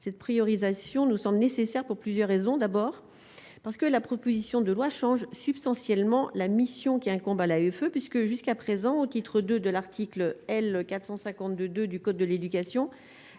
cette priorisation nous sommes nécessaires pour plusieurs raisons : d'abord parce que la proposition de loi change substantiellement la mission qui incombe à la Uffe puisque jusqu'à présent, au titre de l'article L 452 du code de l'éducation,